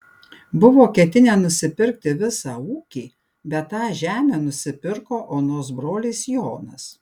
buvo ketinę nusipirkti visą ūkį bet tą žemę nusipirko onos brolis jonas